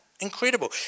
Incredible